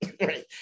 right